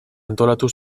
antolatu